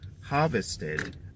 harvested